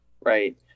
right